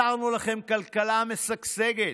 מסרנו לכם כלכלה משגשגת,